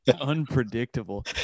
Unpredictable